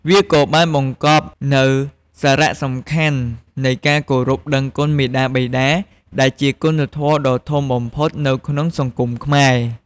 វាក៏បានបង្កប់នូវ សារៈសំខាន់នៃការគោរពដឹងគុណមាតាបិតា ដែលជាគុណធម៌ដ៏ធំបំផុតនៅក្នុងសង្គមខ្មែរ។